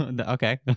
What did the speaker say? okay